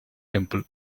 temple